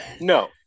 No